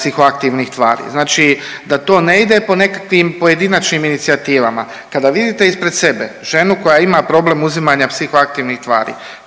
psihoaktivnih tvari. Znači da to ne ide po nekakvim pojedinačnim inicijativama. Kada vidite ispred sebe ženu koja ima problem uzimanja psihoaktivnih tvari,